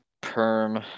Perm